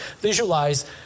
visualize